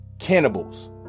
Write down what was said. Cannibals